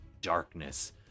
darkness